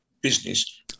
business